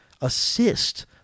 assist